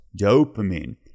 dopamine